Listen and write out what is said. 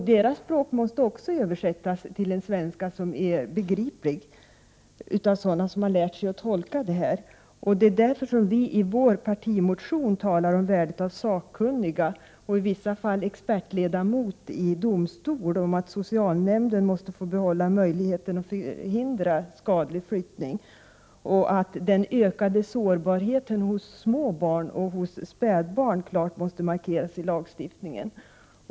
Deras språk måste översättas till begriplig svenska av dem som lärt sig tolka det. Det är därför vi i vår partimotion talar om värdet av sakkunniga, och i vissa fall expertledamot i domstol, om att socialnämnden måste få behålla möjligheten att förhindra skadlig flyttning och om att den ökade sårbarheten hos små barn och spädbarn tydligt måste markeras i lagstiftningen.